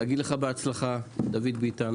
להגיד לך בהצלחה, דוד ביטן.